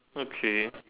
okay